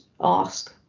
ask